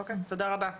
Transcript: אוקי, תודה רבה.